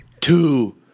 two